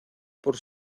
por